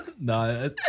No